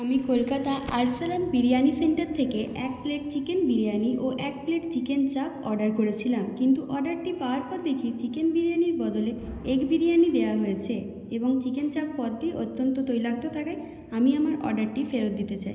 আমি কলকাতা আরসালান বিরিয়ানি সেন্টার থেকে এক প্লেট চিকেন বিরিয়ানি ও এক প্লেট চিকেন চাপ অর্ডার করেছিলাম কিন্তু অর্ডারটি পাওয়ার পর দেখি চিকেন বিরিয়ানির বদলে এগ বিরিয়ানি দেওয়া হয়েছে এবং চিকেন চাপ পদটি অত্যন্ত তৈলাক্ত থাকায় আমি আমার অর্ডারটি ফেরত দিতে চাই